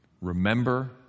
Remember